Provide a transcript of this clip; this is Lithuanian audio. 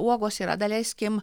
uogos yra daleiskim